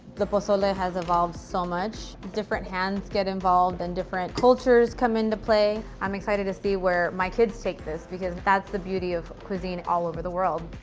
the pozole ah has evolved so much. different hands get involved, and different cultures come into play. i'm excited to see where my kids take this because that's the beauty of cuisine all over the world.